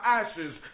ashes